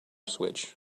switch